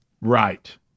right